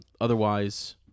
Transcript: Otherwise